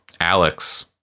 Alex